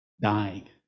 dying